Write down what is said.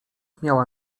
miała